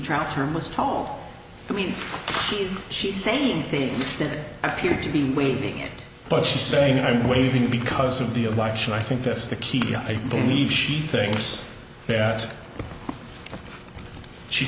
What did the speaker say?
trial term was tall i mean she's she's saying things that appear to be waving but she's saying i'm waving because of the election i think that's the key i believe she thinks that she